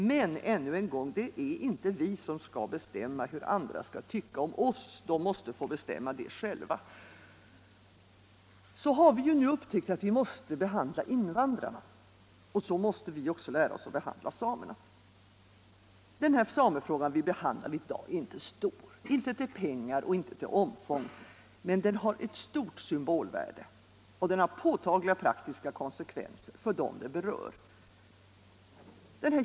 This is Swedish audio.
Men, än en gång, det är inte vi som skall bestämma hur andra skall tycka om oss; de måste få bestämma det själva. Så har vi nu upptäckt att vi måste behandla invandrarna, och så måste vi också lära oss att behandla samerna. Den samefråga vi behandlar i dag är inte stor vare sig till pengar eller till omfång, men den har ett stort symbolvärde, och den har påtagliga praktiska konsekvenser för dem det berör.